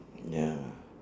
ya